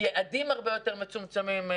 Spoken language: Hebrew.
יעדים הרבה יותר מצומצמים.